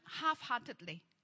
half-heartedly